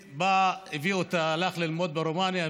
הלך ללמוד ברומניה,